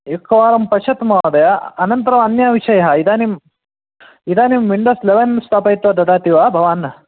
एकवारं पश्यतु महोदय अनन्तरम् अन्यविषयः इदानीम् इदानीं विण्डोस् लेवेन् स्थापयित्वा ददाति वा भवान्